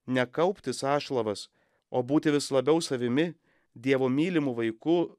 ne kaupti sąšlavas o būti vis labiau savimi dievo mylimu vaiku